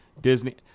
Disney